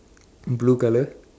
blue colour